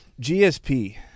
GSP